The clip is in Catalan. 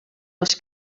els